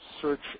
search